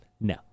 No